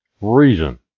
reason